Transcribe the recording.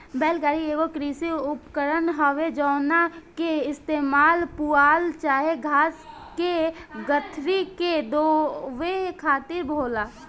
बैल गाड़ी एगो कृषि उपकरण हवे जवना के इस्तेमाल पुआल चाहे घास के गठरी के ढोवे खातिर होला